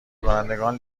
کنندگان